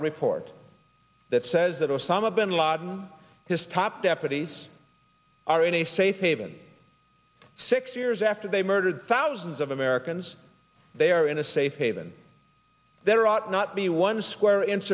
a report that says that osama bin laden his top deputies are in a safe haven six years after they murdered thousands of americans they are in a safe haven there ought not be one square inch